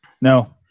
no